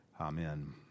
Amen